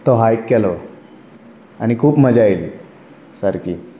तो हाय्क केलो आनी खूब मजा येयली सारकी